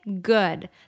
good